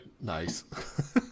nice